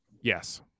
yes